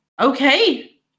Okay